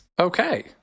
okay